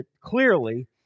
clearly